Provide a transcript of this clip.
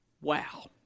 Wow